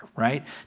right